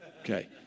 Okay